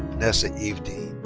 vanessa eve dean